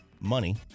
Money